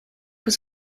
was